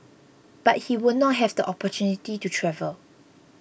but he would not have the opportunity to travel